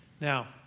Now